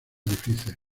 difícil